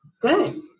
Good